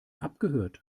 abgehört